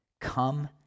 Come